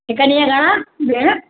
हिकु ॾींहं जा घणा भेण